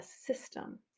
system